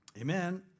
Amen